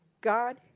God